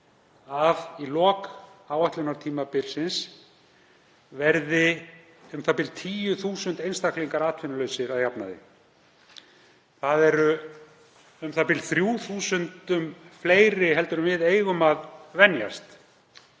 að í lok áætlunartímabilsins verði u.þ.b. 10.000 einstaklingar atvinnulausir að jafnaði. Það eru u.þ.b. 3.000 fleiri en við eigum að venjast.